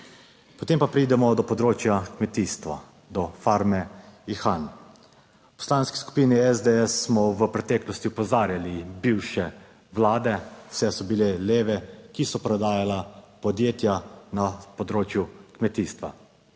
Potem pa pridemo do področja kmetijstva, do Farme Ihan. V Poslanski skupini SDS smo v preteklosti opozarjali, bivše vlade, vse so bile leve, ki so prodajala podjetja, na področju kmetijstva